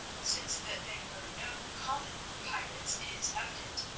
since that they were no common pirates is evident,